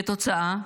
כתוצאה,